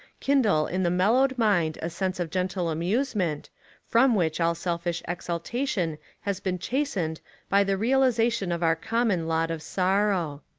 kindle in the mellowed mind a sense of gentle amusement from which all selfish exultation has been chastened by the realisation of our common lot of sorrow.